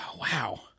Wow